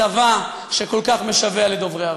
הצבא, שכל כך משווע לדוברי ערבית,